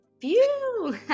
Phew